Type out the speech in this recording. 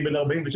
אני בן 46,